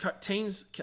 teams